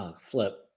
flip